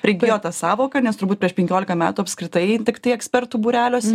prigijo ta sąvoka nes turbūt prieš penkioliką metų apskritai tiktai ekspertų būreliuose